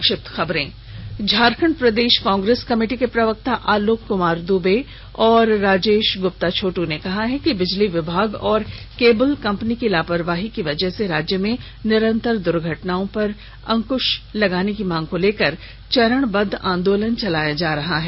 संक्षिप्त खबरें झारखंड प्रदेश कांग्रेस कमेटी के प्रवक्ता आलोक कुमार दूबे और राजेश गुप्ता छोटू ने कहा है कि बिजली विभाग और केबुल कंपनी की लापरवाही से राज्य में निरंतर दुर्घटनाओं पर अंक्श लगाने की मांग को लेकर चरणबद्व आंदोलन चलाया जा रहा है